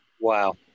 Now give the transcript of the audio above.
wow